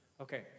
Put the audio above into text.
Okay